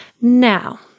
Now